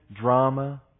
drama